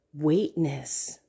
weightness